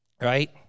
right